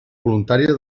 voluntària